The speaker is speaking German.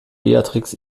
beatrix